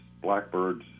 blackbirds